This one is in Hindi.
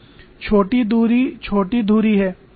छोटी दूरी छोटी धुरी है